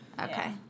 Okay